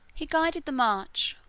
he guided the march,